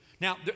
now